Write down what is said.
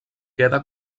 queda